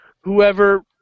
whoever